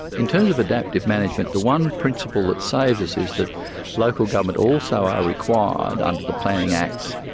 in terms of adaptive management, the one principal that saves us is that local government also are required, under the planning acts,